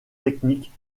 techniques